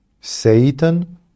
Satan